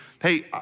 hey